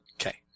Okay